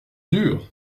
dur